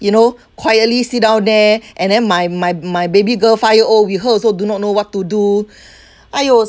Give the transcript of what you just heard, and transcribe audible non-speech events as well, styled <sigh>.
you know quietly sit down there and then my my my baby girl five year old we heard also do not know what to do <breath> !aiyo!